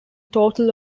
total